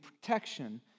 protection